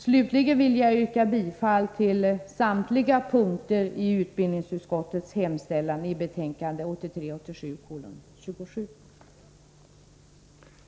Slutligen vill jag yrka bifall till samtliga de punkter i utbildningsutskottets hemställan i betänkande 1983/84:27 vilka jag inte redan tidigare tillstyrkt.